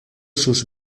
sus